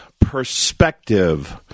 perspective